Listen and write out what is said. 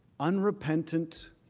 unrepentant,